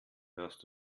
hörst